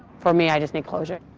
for me, i just need closure.